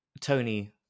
Tony